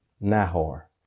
Nahor